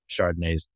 Chardonnays